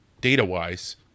data-wise